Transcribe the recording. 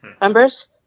members